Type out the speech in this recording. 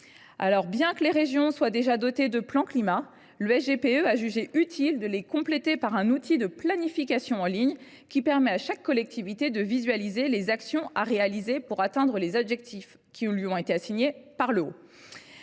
» Bien que les régions se soient déjà dotées de plans climat, le SGPE a jugé utile de compléter ces plans par un outil de planification en ligne qui permet à chaque collectivité de visualiser les actions à réaliser pour atteindre les objectifs assignés par le haut.